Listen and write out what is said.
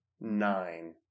nine